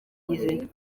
buri